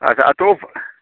ꯑꯗ